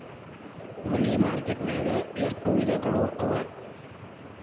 ಮನಿ market ನ್ಯಾಗ್ ಎಷ್ಟವಿಧಗಳು ಅವ?